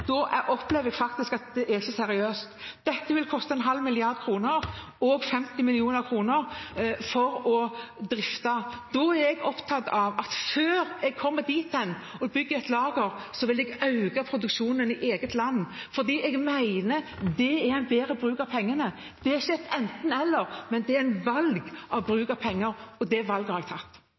det vil koste 50 mill. kr å drifte. Jeg er opptatt av at før jeg kommer dit hen at jeg bygger et lager, vil jeg øke produksjonen i eget land, for jeg mener det er en bedre bruk av pengene. Det er ikke et enten–eller, det er et valg om bruk av penger, og det valget har jeg tatt.